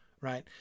right